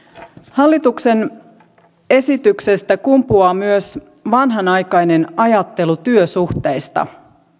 hallituksen esityksestä kumpuaa myös vanhanaikainen ajattelu työsuhteista